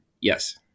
Yes